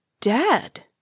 dead